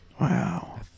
Wow